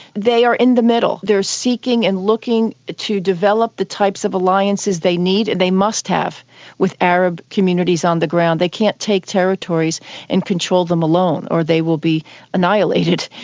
they are in the middle, they are seeking and looking to develop the types of alliances they need and they must have with arab communities on the ground. they can't take territories and control them alone or they will be annihilated.